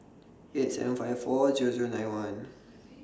eight seven five four Zero Zero nine one